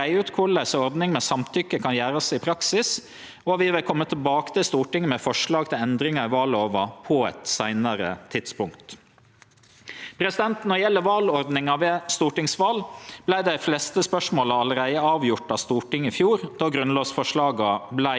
Når det gjeld valordninga ved stortingsval, vart dei fleste spørsmåla allereie avgjorde av Stortinget i fjor, då grunnlovsforslaga vart handsama. Eit viktig spørsmål står igjen, nemleg kor stor innverknad veljarane skal ha på kva personar som vert valde inn på Stortinget.